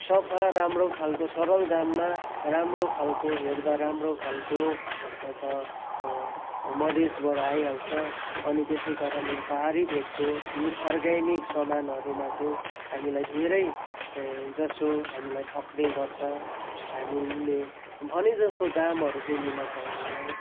सफा राम्रो खालको सरल दाममा राम्रो खालको हेर्दा राम्रो खालको अन्त मधेसबाट आइहाल्छ अनि त्यसै कारण यो पाहाडी भेकको प्युर अर्ग्यानिक सामानहरूमा चाहिँ हामीलाई धेरै जसो हामीलाई ठग्ने गर्छ हामीले भने जस्तो दामहरू चाहिँ लिन पाउदैनौँ